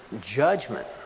judgment